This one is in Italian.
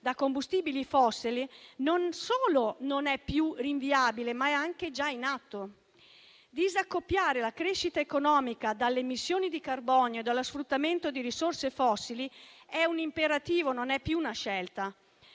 da combustibili fossili, non solo non è più rinviabile, ma è anche già in atto. Disaccoppiare la crescita economica dalle emissioni di carbonio e dallo sfruttamento di risorse fossili è un imperativo, non è più una scelta.